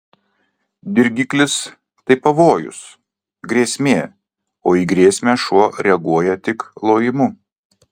dirgiklis tai pavojus grėsmė o į grėsmę šuo reaguoja tik lojimu